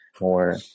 more